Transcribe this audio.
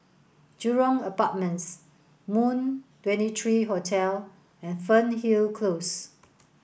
Jurong Apartments Moon twenty three Hotel and Fernhill Close